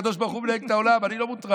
הקדוש ברוך הוא מנהל את העולם, אני לא מוטרד.